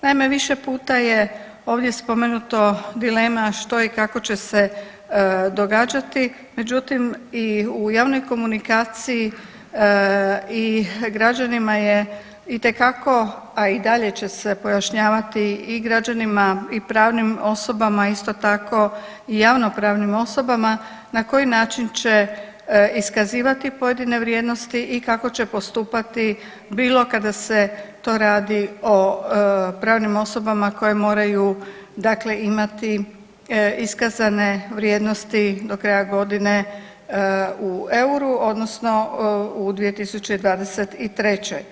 Naime, više puta je ovdje spomenuto dilema što i kako će se događati, međutim, i u javnoj komunikaciji i građanima je itekako, a i dalje će se pojašnjavati i građanima i pravnim osobama, isto tako i javnopravnim osobama na koji način će iskazivati pojedine vrijednosti i kako će postupati bilo kada se to radi o pravnim osobama koje moraju dakle imati iskazane vrijednosti do kraja godine u euru, odnosno u 2023.